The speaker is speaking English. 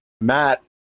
Matt